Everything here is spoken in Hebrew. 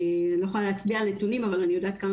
אני לא יכולה להצביע על נתונים אבל אני יודעת כמה